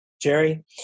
Jerry